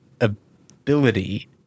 ability